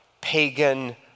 pagan